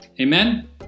Amen